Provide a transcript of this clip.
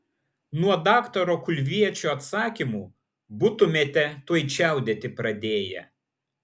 nuo daktaro kulviečio atsakymų būtumėte tuoj čiaudėti pradėję